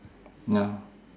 ya